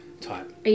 type